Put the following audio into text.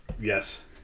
Yes